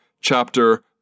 chapter